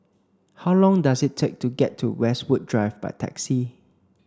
how long does it take to get to Westwood Drive by taxi